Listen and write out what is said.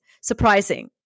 surprising